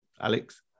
Alex